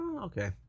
okay